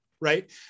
Right